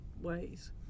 ways